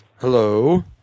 Hello